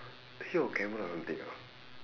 here got camera or something or not